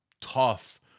tough